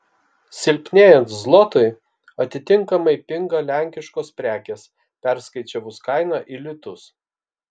silpnėjant zlotui atitinkamai pinga lenkiškos prekės perskaičiavus kainą į litus